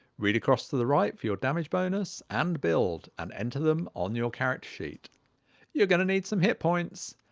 read across the the right for your damage bonus and build and enter them on your character sheet you're going to need some hip points!